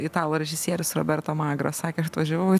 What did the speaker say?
italų režisierius roberto magro sakė aš atvažiavau